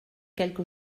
quelque